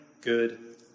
good